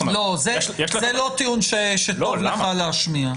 זה לא טיעון שטוב לך להשמיע.